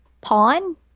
Pawn